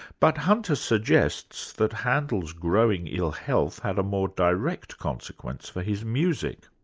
but hunter suggests that handel's growing ill health had a more direct consequence for his music.